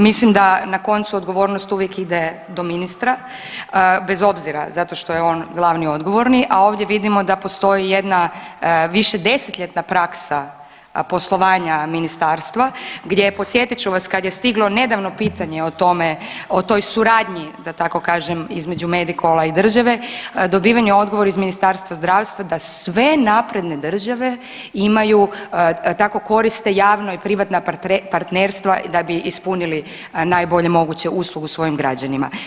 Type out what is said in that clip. Mislim da na koncu odgovornost uvijek ide do ministra bez obzira zato što je on glavni i odgovorni, a ovdje vidimo da postoji jedna višedesetljetna praksa poslovanja ministarstva gdje je podsjetit ću vas kad je stiglo nedavno pitanje o tome, o toj suradnji da tako kažem između Medikola i države dobiven je odgovor iz Ministarstva zdravstva da sve napredne države imaju tako koriste javno privatna partnerstva da bi ispunili najbolje moguće uslugu svojim građanima.